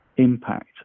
impact